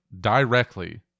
directly